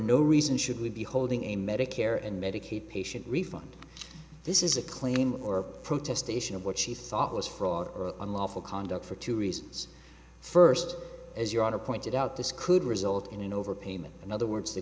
no reason should we be holding a medicare and medicaid patient refund this is a claim or protestation of what she thought was fraud or unlawful conduct for two reasons first as your honor pointed out this could result in an overpayment in other words the